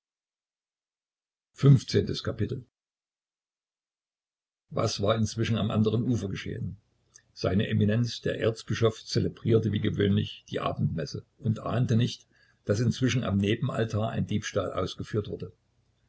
was war inzwischen am anderen ufer geschehen seine eminenz der erzbischof zelebrierte wie gewöhnlich die abendmesse und ahnte nicht daß inzwischen am nebenaltar ein diebstahl ausgeführt wurde